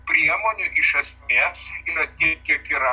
priemonių iš esmės yra tiek kiek yra